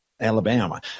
Alabama